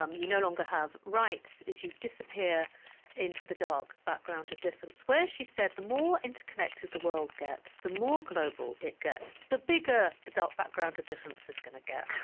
um you no longer have rights as you disappear into the dark background of difference, where, she said, the more interconnected the world gets, the more global it gets, the bigger the dark background of difference is going to get